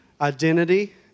identity